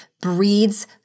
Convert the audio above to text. breeds